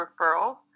referrals